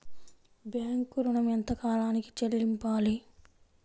Bank ఋణం ఎంత కాలానికి చెల్లింపాలి?